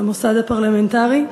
למוסד הפרלמנטרי.